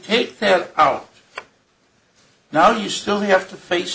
take that out now you still have to face